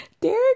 Derek